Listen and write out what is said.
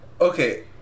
okay